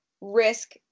risk